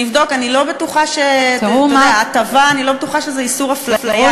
אני לא בטוחה שהטבה זה איסור הפליה,